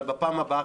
אבל בפעם הבאה,